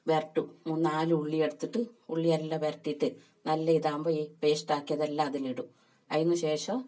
വരട്ടും മൂന്ന് നാല് ഉള്ളിയെടുത്തിട്ട് ഉള്ളിയെല്ലാം വരട്ടിയിട്ട് നല്ല ഇതാകുമ്പോൾ ഈ പേസ്റ്റാക്കിയതെല്ലാം അതിലിടും അതിന് ശേഷം